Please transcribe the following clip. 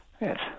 Yes